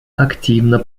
активно